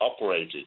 operated